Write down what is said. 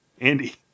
Andy